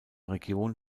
region